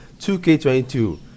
2K22